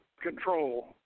control